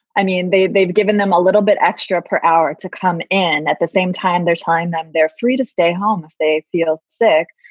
i mean, they they've given them a little bit extra per hour to come in. at the same time, they're time them. they're free to stay home if they feel sick.